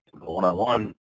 one-on-one